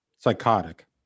Psychotic